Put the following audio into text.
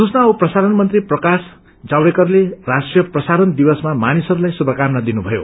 सूचना औ प्रसारण मंत्री प्रकाश जावडेकरले राष्ट्रिय प्रसारण दिवसमा मानिसहरूलाई श्रुथकामना दिनुभ्नयो